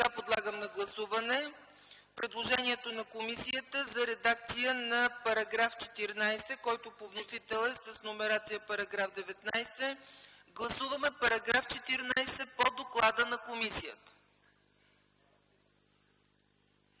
сега подлагам на гласуване предложението на комисията за редакция на § 14, който по вносител е с номерация § 19. Гласуваме § 14 по доклада на комисията.